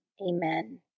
Amen